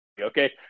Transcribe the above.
okay